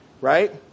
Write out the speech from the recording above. right